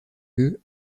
eux